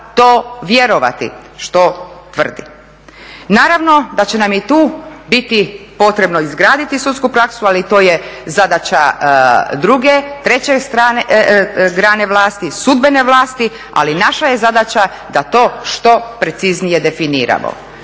to vjerovati što tvrdi. Naravno da će nam i tu biti potrebno izgraditi sudsku praksu ali to je zadaća druge, treće grane vlasti, sudbene vlasti, ali naša je zadaća da to što preciznije definiramo.